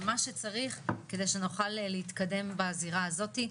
מה שצריך, כדי שנוכל להתקדם בזירה הזאתי.